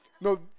no